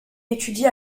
étudie